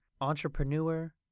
entrepreneur